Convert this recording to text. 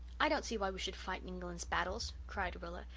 i don't see why we should fight england's battles, cried rilla.